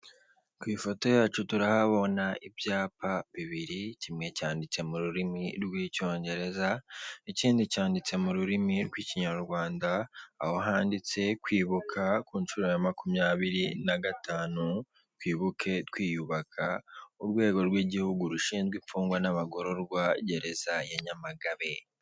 Ku ifoto yacu turahabona ibyapa bibiri kimwe cyanditse mu rurimi rw'icyongereza ikindi cyanditse mu rurimi rw'ikinyarwanda, aho handitse kwibuka ku nshuro ya makumyabiri na gatanu, twibuke twiyubaka. Urwego rw'igihugu rushinzwe imfungwa n'abagororwa, gereza ya Nyamagabe.